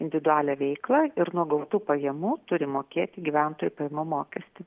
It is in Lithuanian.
individualią veiklą ir nuo gautų pajamų turi mokėti gyventojų pajamų mokestį